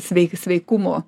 svei sveikumo